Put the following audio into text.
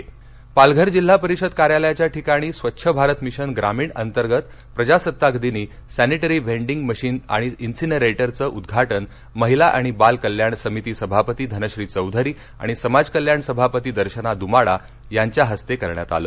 sanitary napkin Palghar जिल्हा परिषद कार्यालयाच्या ठिकाणी स्वच्छ भारत मिशन ग्रामीण अतंर्गत प्रजासत्ताक दिनी सॅनिटरी व्हेंन्डींग मशीन आणि इन्सिनरेटरचं उद्घाटन महिला आणि बाल कल्याण समिती सभापती धनश्री चौधरी आणि समाजकल्याण सभापती दर्शना द्माडा यांच्या हस्ते करण्यात आलं